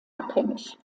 abhängig